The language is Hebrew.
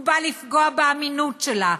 הוא נועד לפגוע באמינות שלה,